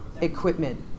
equipment